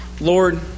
Lord